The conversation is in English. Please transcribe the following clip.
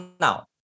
now